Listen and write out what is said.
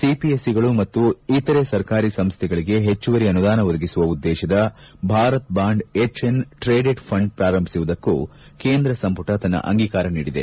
ಸಿಪಿಎಸ್ಇಗಳು ಮತ್ತು ಇತರ ಸರ್ಕಾರಿ ಸಂಸ್ಥೆಗಳಿಗೆ ಹೆಚ್ಚುವರಿ ಅನುದಾನ ಒದಗಿಸುವ ಉದ್ಲೇಶದ Bharat bond exchange traded fund ಪ್ರಾರಂಭಿಸುವುದಕ್ಕೂ ಕೇಂದ್ರ ಸಂಪುಟ ತನ್ನ ಅಂಗೀಕಾರ ನೀಡಿದೆ